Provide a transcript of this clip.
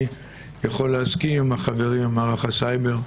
אני יכול להסכים עם מערך הסייבר,